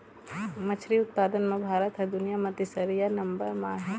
मछरी उत्पादन म भारत ह दुनिया म तीसरइया नंबर म आहे